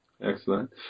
Excellent